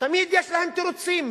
תמיד יש להם תירוצים.